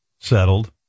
settled